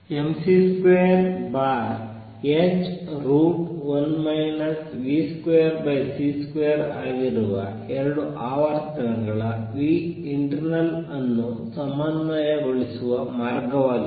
mc2h1 v2c2 ಆಗಿರುವ 2 ಆವರ್ತನಗಳ internal ಅನ್ನು ಸಮನ್ವಯಗೊಳಿಸುವ ಮಾರ್ಗವಾಗಿದೆ